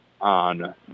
on